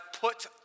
put